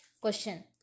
Question